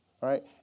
right